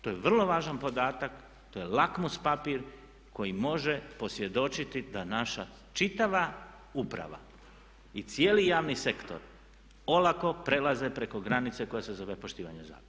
To je vrlo važan podatak, to je lakmus papir koji može posvjedočiti da naša čitava uprava i cijeli javni sektor olako prelaze preko granice koja se zove poštivanje zakon.